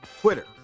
Twitter